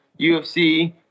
UFC